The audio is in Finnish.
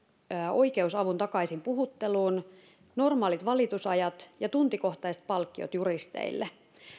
oikeusavun takaisin puhutteluun normaalit valitusajat ja tuntikohtaiset palkkiot juristeille